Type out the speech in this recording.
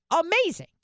amazing